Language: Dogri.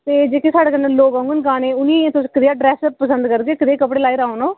ते जेह्के साढ़े कन्नै लोक औंगन गाने उ'नें ई तुस कदेआ ड्रेसअप पसंद करगे कदेह् कपड़े लाई औन ओ